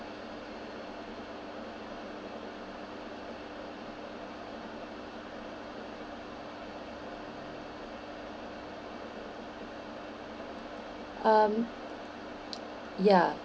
um ya